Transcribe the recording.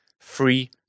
free